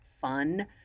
fun